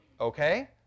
Okay